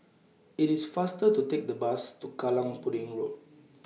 It's faster to Take The Bus to Kallang Pudding Road